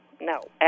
no